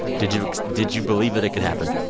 did you did you believe that it could happen?